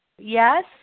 Yes